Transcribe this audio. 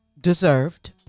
Deserved